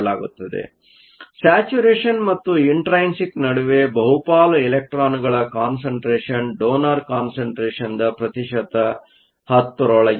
ಆದ್ದರಿಂದ ಸ್ಯಾಚುರೇಶನ್ ಮತ್ತು ಇಂಟ್ರೈನ್ಸಿಕ್Intrinsic ನಡುವೆ ಬಹುಪಾಲು ಎಲೆಕ್ಟ್ರಾನ್ಗಳ ಕಾನ್ಸಂಟ್ರೇಷನ್ ಡೋನರ್ ಕಾನ್ಸಂಟ್ರೇಷನ್ದ ಪ್ರತಿಶತ 10 ರೊಳಗೆ ಇರುತ್ತದೆ